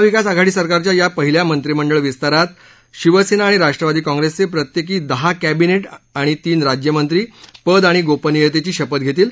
महाविकास आघाडी सरकारच्या या पहिल्या मंत्रिमंडळ विस्तारात या मंत्रिमंडळ विस्तारात शिवसेना आणि राष्ट्रवादी कॉंग्रेसचे प्रत्येकी दहा कॅबिनेट आणि तीन राज्यमंत्री पद आणि गोपनीयतेची शपथ घेतील